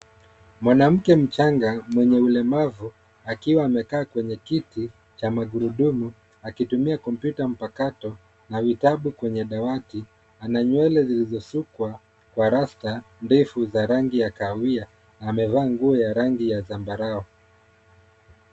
Mwanamke mchanga mwenye ulemavu akiwa amekaa kwenye kiti cha magurudumu akitumia kompyuta mpakato na vitabu kwenye dawati ana nywele zilizosukwa kwa rasta ndefu za rangi ya kahawia, amevaa nguo ya rangi ya zambarau.